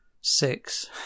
Six